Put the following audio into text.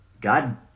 God